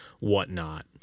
whatnot